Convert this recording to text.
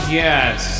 yes